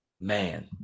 Man